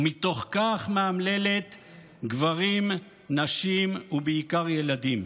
ומתוך כך מאמללת גברים, נשים ובעיקר ילדים.